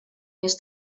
més